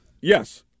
Yes